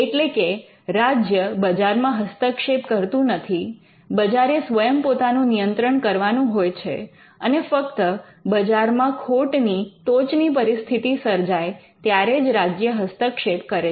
એટલે કે રાજ્ય બજારમાં હસ્તક્ષેપ કરતું નથી બજારે સ્વયં પોતાનું નિયંત્રણ કરવાનું હોય છે અને ફક્ત બજારમાં ખોટની ટોચની પરિસ્થિતિ સર્જાય ત્યારે જ રાજ્ય હસ્તક્ષેપ કરે છે